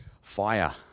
fire